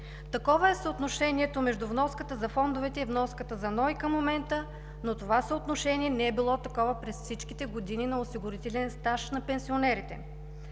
Такова е съотношението между вноската за фондовете и вноската за НОИ към момента, но това съотношение не е било такова през всичките години на осигурителен стаж на пенсионерите.